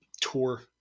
tour